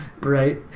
right